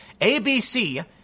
ABC